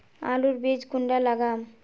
आलूर बीज कुंडा लगाम?